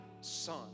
son